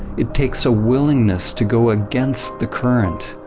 it takes a willingness to go against the current,